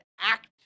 act